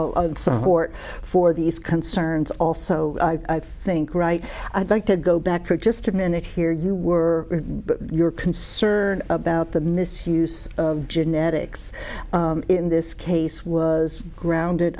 and support for these concerns also i think right i'd like to go back for just a minute here you were you were concerned about the misuse of genetics in this case was grounded